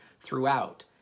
throughout